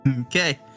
Okay